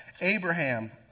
Abraham